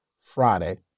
Friday